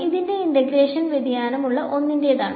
ഇതിന്റെ ഇന്റഗ്രകഷൻ വ്യതിയാനം ഉള്ള ഒന്നിന്റേതാണ്